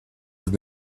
have